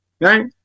Right